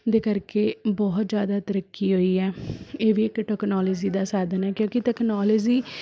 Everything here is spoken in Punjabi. ਦੇ ਕਰਕੇ ਬਹੁਤ ਜ਼ਿਆਦਾ ਤਰੱਕੀ ਹੋਈ ਹੈ ਇਹ ਵੀ ਇੱਕ ਟਕਨੋਲਜੀ ਦਾ ਸਾਧਨ ਹੈ ਕਿਉਂਕਿ ਟਕਨੋਲਜੀ